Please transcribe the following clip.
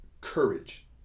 courage